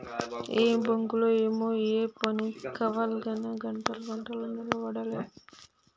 ఏం బాంకులో ఏమో, ఏ పని గావాల్నన్నా గంటలు గంటలు నిలవడాలె